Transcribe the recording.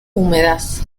húmedas